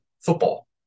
football